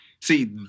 See